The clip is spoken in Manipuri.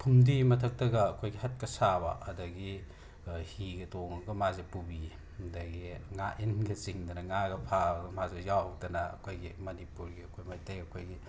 ꯐꯨꯝꯗꯤ ꯃꯊꯛꯇꯒ ꯑꯩꯈꯣꯏꯒꯤ ꯍꯠꯀ ꯁꯥꯕ ꯑꯗꯒꯤ ꯍꯤꯒ ꯇꯣꯡꯉꯒ ꯃꯥꯁꯦ ꯄꯨꯕꯤꯌꯦ ꯑꯗꯒꯤ ꯉꯥ ꯏꯟꯒ ꯆꯤꯡꯗꯅ ꯉꯥꯒ ꯐꯥꯕ ꯃꯥꯁꯨ ꯌꯥꯎꯗꯅ ꯑꯩꯈꯣꯏꯒꯤ ꯃꯅꯤꯄꯨꯔꯒꯤ ꯑꯩꯈꯣꯏ ꯃꯩꯇꯩ ꯑꯩꯈꯣꯏꯒꯤ